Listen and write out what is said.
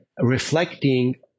reflecting